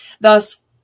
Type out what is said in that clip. Thus